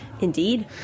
Indeed